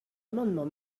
amendement